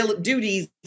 duties